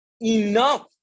enough